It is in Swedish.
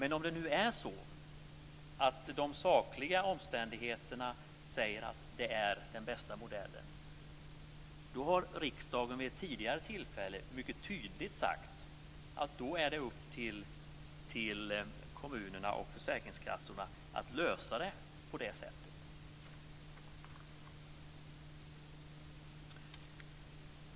Men om det är så att de sakliga omständigheterna säger att det är den bästa modellen, har riksdagen vid ett tidigare tillfälle mycket tydligt sagt att det är upp till kommunerna och försäkringskassorna att lösa frågan så.